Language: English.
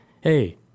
hey